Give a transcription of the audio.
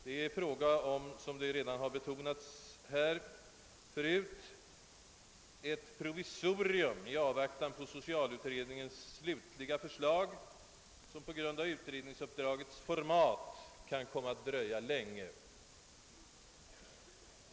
Det är fråga om, såsom här förut redan har betonats, ett provisorium i avvaktan på socialutredningens slutliga förslag, som på grund av utredningsuppdragets format kan komma att dröja länge.